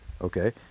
Okay